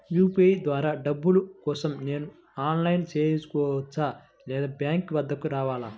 UPI ద్వారా డబ్బులు కోసం నేను ఆన్లైన్లో చేసుకోవచ్చా? లేదా బ్యాంక్ వద్దకు రావాలా?